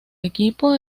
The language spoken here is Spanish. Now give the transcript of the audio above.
equipo